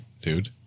dude